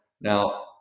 Now